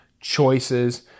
choices